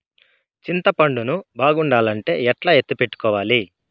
చింతపండు ను బాగుండాలంటే ఎట్లా ఎత్తిపెట్టుకోవాలి?